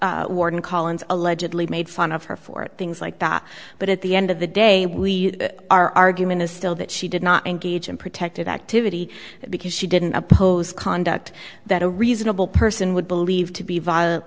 warden collins allegedly made fun of her for things like that but at the end of the day our argument is still that she did not engage in protected activity because she didn't oppose conduct that a reasonable person would believe to be violent